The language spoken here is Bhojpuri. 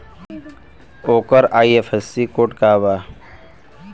ओकर आई.एफ.एस.सी कोड का बा?